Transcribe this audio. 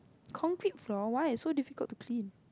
concrete floor why is so difficult to clean